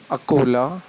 Akola